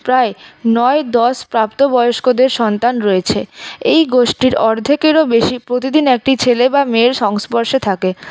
প্রায় নয় দশ প্রাপ্ত বয়স্কদের সন্তান রয়েছে এই গোষ্ঠীর অর্ধেকও বেশি প্রতিদিন একটি ছেলে বা মেয়ের সংস্পর্শে থাকে